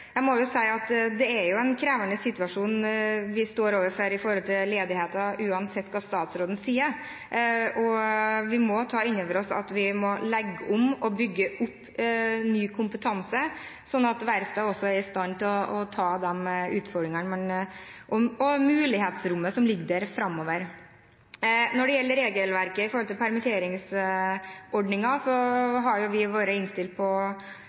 Det er en krevende situasjon vi står overfor når det gjelder ledigheten, uansett hva statsråden sier. Vi må ta inn over oss at vi må legge om og bygge opp ny kompetanse, sånn at verftene også er i stand til å ta de utfordringene og det mulighetsrommet som ligger der framover. Når det gjelder regelverket og permitteringsordningen, har vi vært innstilt på